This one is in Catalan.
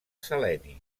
seleni